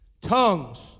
Tongues